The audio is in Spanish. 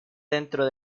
dentro